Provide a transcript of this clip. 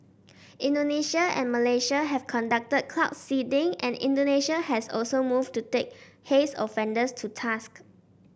Indonesia and Malaysia have conducted cloud seeding and Indonesia has also moved to take haze offenders to task